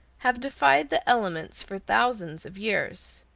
have defied the elements for thousands of years.